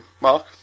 Mark